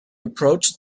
approached